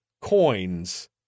coins